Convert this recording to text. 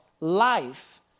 life